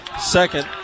second